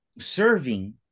serving